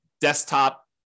desktop